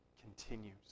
continues